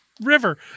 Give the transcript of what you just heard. river